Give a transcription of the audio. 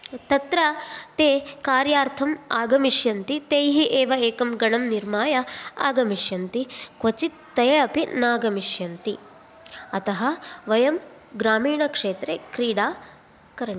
तत्र ते कार्यार्थम् आगमिष्यन्ति तैः एव एकं गणं निर्माय आगमिष्यन्ति क्वचित् ते अपि न आगमिष्यन्ति अतः वयं ग्रामीणक्षेत्रे क्रीडा